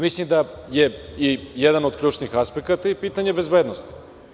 Mislim da je jedan od ključnih aspekata i pitanje bezbednosti.